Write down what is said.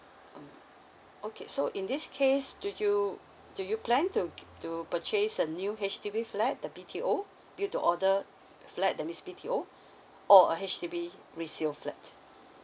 um okay so in this case do you do you plan to g~ to purchase a new H_D_B flat the B_T_O build to order flat that means B_T_O or a H_D_B resale flat